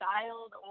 styled